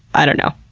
i don't know.